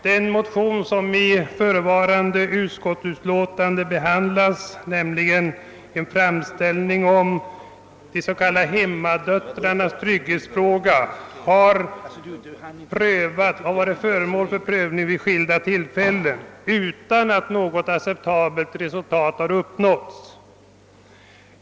Den motion som behandlas i förevarande utskottsutlåtande och i vilken hemställes om en utredning beträffande hemmadöttrarnas trygghetsfråga har vid skilda tillfällen prövats av riksdagen utan att något acceptabelt resultat uppnåtts.